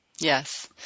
Yes